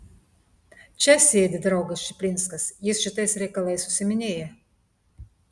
čia sėdi draugas čuplinskas jis šitais reikalais užsiiminėja